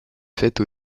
faite